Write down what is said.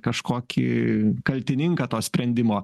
kažkokį kaltininką to sprendimo